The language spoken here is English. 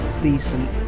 decent